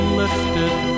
lifted